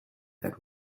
that